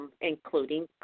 including